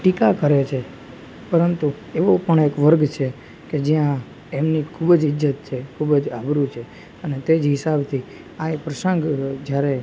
ટીકા કરે છે પરંતુ એવું પણ એક વર્ગ છે કે જ્યાં એમની ખૂબ જ ઇજ્જત છે ખૂબ જ આબરૂ છે અને તેજ હિસાબથી આ એ પ્રસંગ જ્યારે